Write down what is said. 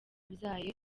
abyaye